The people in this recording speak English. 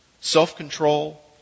self-control